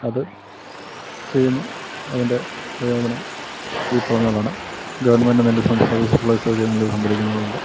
അത് ചെയ്യുന്നു അതിൻ്റെ പ്രയോജനം ഈ ഗവൺമെൻ്റ് നല്ല സിവിൽ സപ്ലൈസ് വഴി അത് സംഭരിക്കുന്നതു കൊണ്ട്